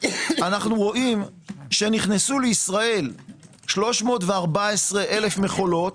אנו רואים, שנכנסו לישראל 314,000 מכולות,